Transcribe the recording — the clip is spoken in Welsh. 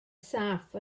saff